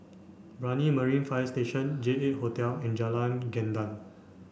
Brani Marine Fire Station J eight Hotel and Jalan Gendang